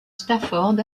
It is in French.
stafford